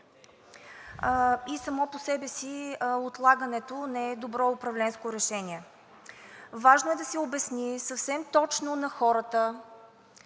Само по себе си отлагането не е добро управленско решение. Важно е да се обясни съвсем точно на хората